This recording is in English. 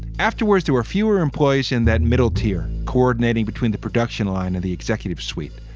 afterwards, there were fewer employees in that middle tier coordinating between the production line and the executive suite.